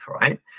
right